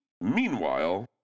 Meanwhile